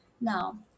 Now